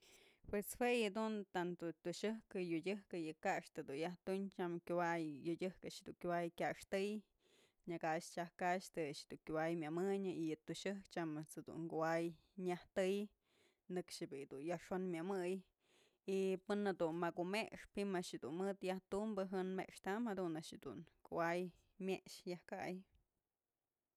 Pues jue yëdun tanto toxëjkë yodëjkë kaxtë du'u yaj tuyn tyam yodyëjkë kuay a'ax dun kyaxtëy nëkax chayj kax të a'ax dun kuay mëmënyë yë toxëjkë tyam ëjt's jëdun kuay nyajtë n*ekxë bi'i dun yajxon myëmëy y pën jedun mëkumëxpëji'im a'ax dun mët yaj tumbë jën mexta'am jadun a'ax dunkuay myex yaj kayë.